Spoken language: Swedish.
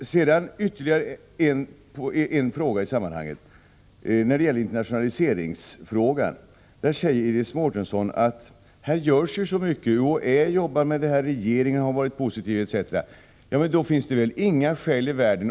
Jag skulle vilja ta upp ytterligare en fråga i sammanhanget. När det gäller internationaliseringsfrågan säger Iris Mårtensson att det görs så mycket. UHÄ jobbar med detta, regeringen har varit positiv, etc.